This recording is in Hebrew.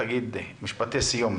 תגיד משפטי סיום,